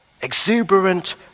exuberant